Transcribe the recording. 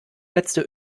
letzte